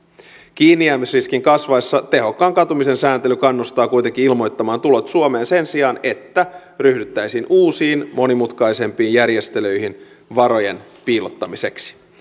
kiinnijäämisriskin kasvaessa tehokkaan katumisen sääntely kannustaa kuitenkin ilmoittamaan tulot suomeen sen sijaan että ryhdyttäisiin uusiin monimutkaisempiin järjestelyihin varojen piilottamiseksi